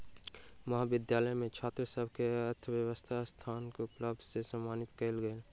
महाविद्यालय मे छात्र सभ के अर्थव्यवस्थाक स्नातक उपाधि सॅ सम्मानित कयल गेल